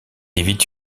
évite